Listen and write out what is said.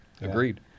Agreed